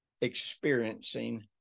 experiencing